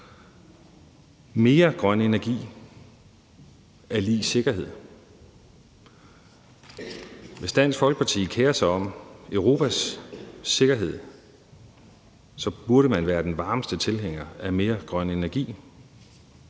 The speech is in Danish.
Mere grøn energi er lig med sikkerhed. Hvis Dansk Folkeparti kerer sig om Europas sikkerhed, burde man være den varmeste tilhænger af mere grøn energi.